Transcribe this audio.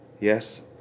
yes